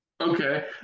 Okay